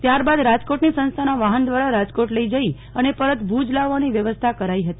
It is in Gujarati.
ત્યારબાદ રાજકોટની સંસ્થાના વાહન દ્વારા રાજકોટ લઇ જઇ અને પરત ભુજ લાવવાની વ્યવસ્થા કરાઇ હતી